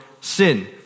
sin